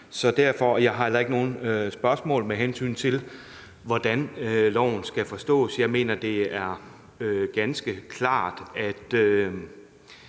og jeg har heller ikke nogen spørgsmål, med hensyn til hvordan lovforslaget skal forstås. Jeg mener, det er ganske klart, at